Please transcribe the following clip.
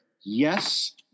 yes